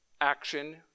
action